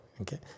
okay